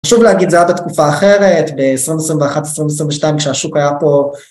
חשוב להגיד זה עוד בתקופה אחרת ב-2021-2022 כשהשוק היה פה